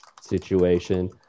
situation